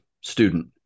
student